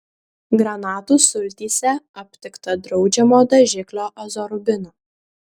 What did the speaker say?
granatų sultyse aptikta draudžiamo dažiklio azorubino